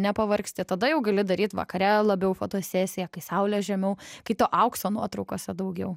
nepavargsti tada jau gali daryt vakare labiau fotosesiją kai saulė žemiau kai to aukso nuotraukose daugiau